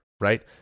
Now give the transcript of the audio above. right